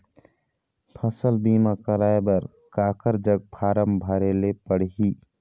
फसल बीमा कराए बर काकर जग फारम भरेले पड़ही?